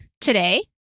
today